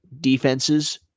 defenses